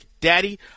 Daddy